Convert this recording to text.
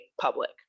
public